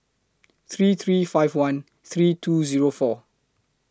three three five one three two Zero four